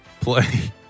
Play